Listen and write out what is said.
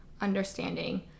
understanding